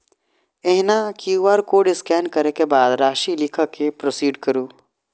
एहिना QR code scan करै के बाद राशि लिख कें प्रोसीड करू